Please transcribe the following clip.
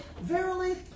Verily